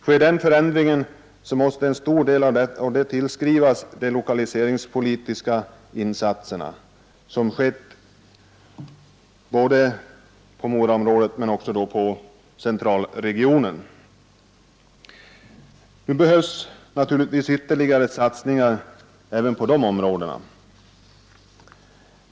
Sker en sådan ändring, måste förtjänsten härav till stor del tillskrivas de lokaliseringspolitiska insatser som skett inte minst inom centralregionen och i Moraområdet. Nu behövs naturligtvis ytterligare satsningar även på dessa områden.